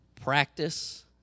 Practice